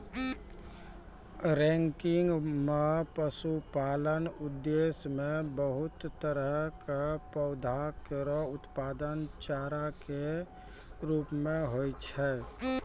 ranking म पशुपालन उद्देश्य सें बहुत तरह क पौधा केरो उत्पादन चारा कॅ रूपो म होय छै